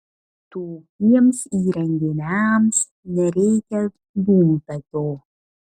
tokiems įrenginiams nereikia dūmtakio